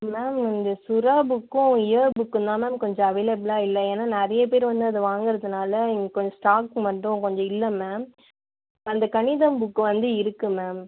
ma'am இந்த சுறா புக்கும் இயர் புக்கும் தான் மேம் கொஞ்சம் அவைலபுல்லாக இல்லை ஏன்னா நிறைய பேர் வந்து அதை வாங்கறதுனால எங்களுக்கு கொஞ்சம் ஸ்டாக் மட்டும் கொஞ்சம் இல்லை மேம் அந்த கணிதம் புக் வந்து இருக்கு மேம்